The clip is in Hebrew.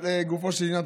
לגופו של עניין,